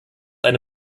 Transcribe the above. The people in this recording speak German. eine